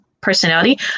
personality